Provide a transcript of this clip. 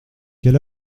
quel